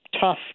tough